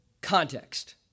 context